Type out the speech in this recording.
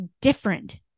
different